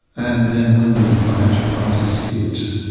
and then when the financial crisis hit,